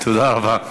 תודה רבה.